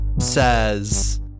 says